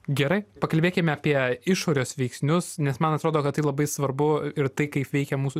gerai pakalbėkime apie išorės veiksnius nes man atrodo kad tai labai svarbu ir tai kaip veikia mūsų